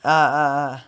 ah ah ah